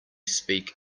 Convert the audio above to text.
speak